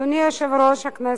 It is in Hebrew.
אדוני יושב-ראש הכנסת,